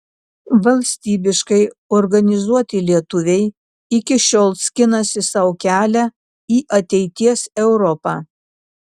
valstybiškai organizuoti lietuviai iki šiol skinasi sau kelią į ateities europą